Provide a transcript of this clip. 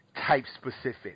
type-specific